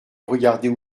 regarder